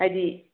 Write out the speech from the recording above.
ꯍꯥꯏꯗꯤ